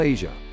Asia